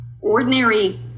ordinary